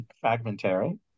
fragmentary